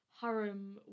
harem